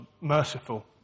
merciful